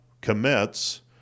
commits